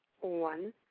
One